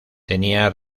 tenía